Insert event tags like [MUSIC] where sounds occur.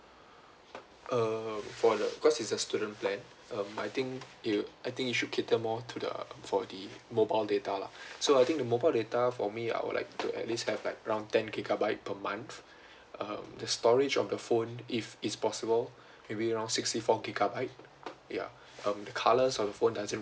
[BREATH] uh for the because it's a student plan um I think it I think it should cater more to the for the mobile data lah [BREATH] so I think the mobile data for me I would like to at least have like around ten gigabyte per month [BREATH] um the storage of the phone if it's possible [BREATH] maybe around sixty four gigabyte ya um the colours of the phone doesn't